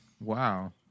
Wow